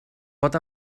pot